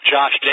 Josh